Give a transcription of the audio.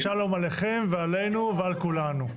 ושלום עליכם ועלינו ועל כולנו.